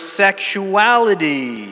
sexuality